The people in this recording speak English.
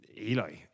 Eli